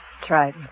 Try